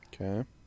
Okay